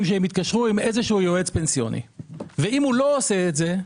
שהם יתקשרו עם איזשהו יועץ פנסיוני ואם הוא לא עושה את זה,